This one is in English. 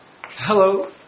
Hello